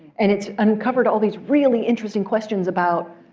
and it's uncovered all these really interesting questions about,